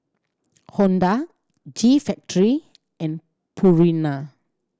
Honda G Factory and Purina